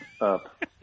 up